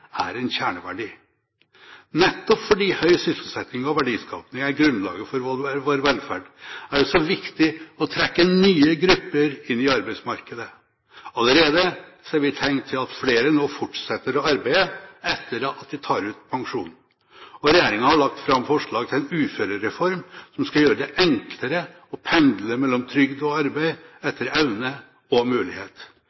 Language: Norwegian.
er en kjerneverdi. Nettopp fordi høy sysselsetting og verdiskaping er grunnlaget for vår velferd, er det så viktig å trekke nye grupper inn i arbeidsmarkedet. Allerede ser vi tegn til at flere nå fortsetter å arbeide etter at de har tatt ut pensjon. Regjeringen har lagt fram forslag til en uførereform som skal gjøre det enklere å pendle mellom trygd og arbeid etter evne og mulighet. Men da må vi også utvikle et